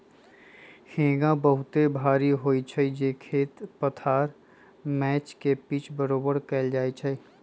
हेंगा बहुते भारी होइ छइ जे खेत पथार मैच के पिच बरोबर कएल जाइ छइ